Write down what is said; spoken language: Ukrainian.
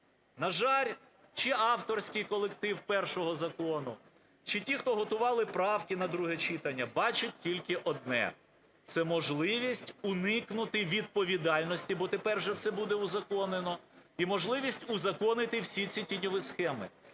На жаль, чи авторський колектив першого закону, чи ті, хто готували правки на друге читання, бачать тільки одне – це можливість уникнути відповідальності, бо тепер вже це буде узаконено, і можливість узаконити всі ці тіньові схеми.